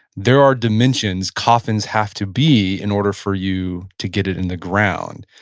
there are dimensions coffins have to be in order for you to get it in the ground.